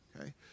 Okay